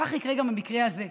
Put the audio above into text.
כך יקרה גם במקרה הזה.